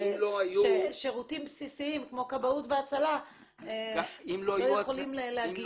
שירותים בסיסיים כמו כבאות והצלה לא יכולים להגיב.